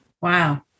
Wow